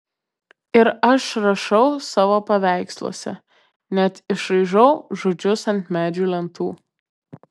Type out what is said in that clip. ir aš rašau savo paveiksluose net išraižau žodžius ant medžio lentų